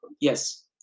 Yes